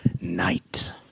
Night